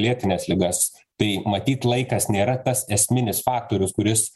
lėtines ligas tai matyt laikas nėra tas esminis faktorius kuris